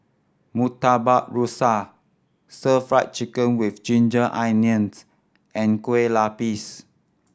Murtabak Rusa Stir Fry Chicken with ginger onions and Kueh Lapis